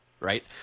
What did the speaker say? right